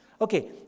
Okay